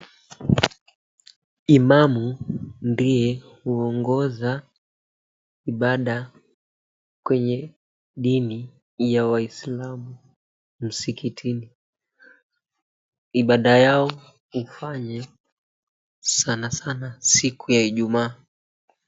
Imamu ndiye huongoza ibada kwenye dini ya wasilamu msikitini. Ibada yao hufanya sana sana siku ya Ijumaa.